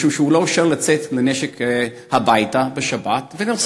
משום שהוא לא הורשה לצאת עם נשק הביתה לשבת ונרצח